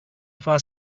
far